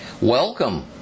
Welcome